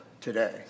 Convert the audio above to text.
today